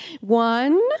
One